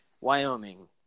Wyoming